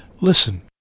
Listen